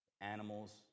Animals